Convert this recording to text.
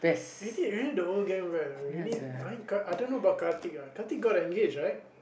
we need really the old gang back leh we need I don't know about Karthik lah Karthik got engaged right